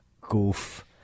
Goof